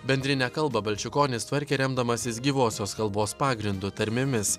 bendrinę kalbą balčikonis tvarkė remdamasis gyvosios kalbos pagrindo tarmėmis